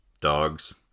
Dogs